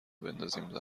بندازیم